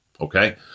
okay